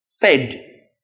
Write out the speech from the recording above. fed